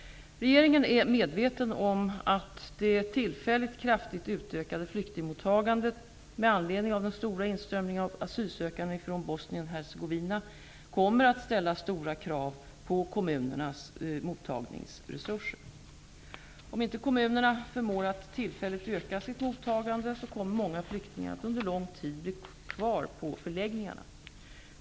Regeringen är medveten om att det tillfälligt kraftigt utökade flyktingmottagandet med anledning av den stora inströmningen av asylsökande från Bosnien-Hercegovina kommer att ställa stora krav på kommunernas mottagningsresurser. Om inte kommunerna förmår att tillfälligt öka sitt mottagande kommer många flyktingar att bli kvar på förläggningarna under lång tid.